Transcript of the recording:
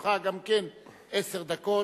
לרשותך גם כן עשר דקות.